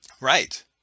Right